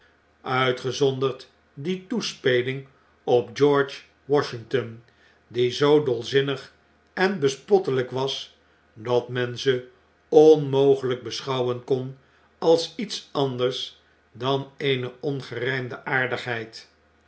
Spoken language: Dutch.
uitgezonderd die toespeling op george washington die zoo dolzinnig en bespottelijk was dat men ze onmogeljjk beschouwen kon als iets anders dan eene ongerjjmde aardigheid